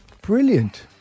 Brilliant